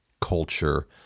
culture